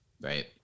right